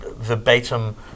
verbatim